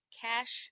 cash